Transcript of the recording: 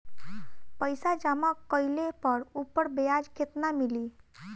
पइसा जमा कइले पर ऊपर ब्याज केतना मिली?